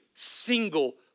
single